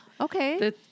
Okay